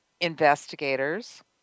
investigators